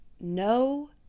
No